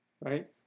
Right